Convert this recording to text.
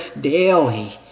daily